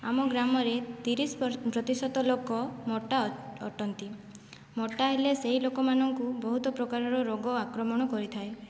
ଆମ ଗ୍ରାମରେ ତିରିଶ ପ୍ରତିଶତ ଲୋକ ମୋଟା ଅଟନ୍ତି ମୋଟା ହେଲେ ସେହି ଲୋକମାନଙ୍କୁ ବହୁତ ପ୍ରକାରର ରୋଗ ଆକ୍ରମଣ କରିଥାଏ